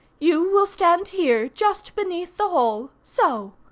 you will stand here just beneath the hole so.